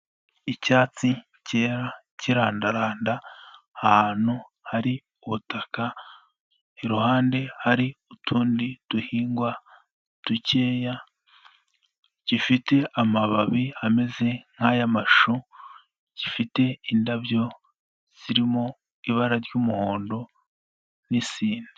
Icyatsi cyera kirandaranda ahantu hari ubutaka, iruhande hari utundi duhingwa dukeya, gifite amababi ameze nk'ay'amashu, gifite indabyo zirimo ibara ry'umuhondo n'isine.